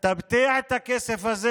תבטיח את הכסף הזה